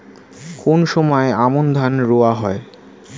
কোন সময় আমন ধান রোয়া হয়?